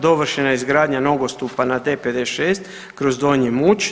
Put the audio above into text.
Dovršena je izgradnja nogostupa na D56 kroz Donji Muč.